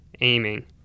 aiming